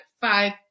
five